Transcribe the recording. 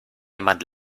jemand